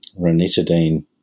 ranitidine